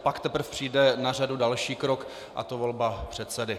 Pak teprve přijde na řadu další krok, a to volba předsedy.